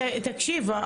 תקשיב,